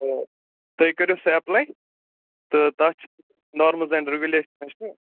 تہٕ تُہۍ کٔرِو سُہ ایٚپلاے تہٕ تَتھ چھِ نارمٕز اینٛڈ رُگلیشنہٕ چھِ